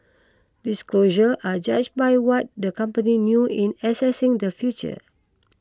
disclosures are judged by what the company knew in assessing the future